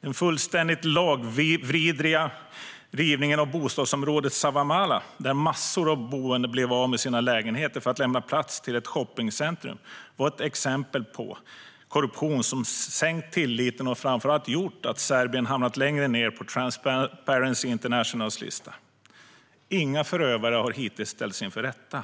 Den fullständigt lagvidriga rivningen av bostadsområdet Savamala, där massor av boende blev av med sina lägenheter för att lämna plats till ett shoppingcentrum, var ett exempel på korruption som minskat tilliten och framför allt gjort att Serbien hamnat längre ned på Transparency Internationals lista. Inga förövare har hittills ställts inför rätta.